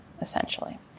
essentially